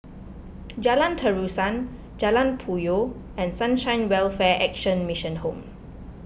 Jalan Terusan Jalan Puyoh and Sunshine Welfare Action Mission Home